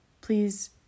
please